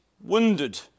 wounded